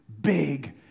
big